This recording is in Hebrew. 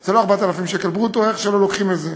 זה לא 4,000 שקל ברוטו, איך שלא לוקחים את זה,